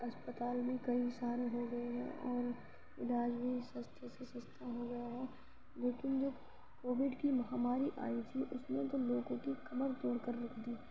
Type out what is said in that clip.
اسپتال بھی کئی سارے ہو گئے ہیں اور علاج بھی سَستے سے سَستا ہو گیا ہے لیکن جب کووڈ کی مہاماری آئی تھی اُس میں تو لوگوں کی کمر توڑ کر رکھ دی